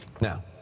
Now